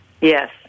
Yes